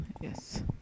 yes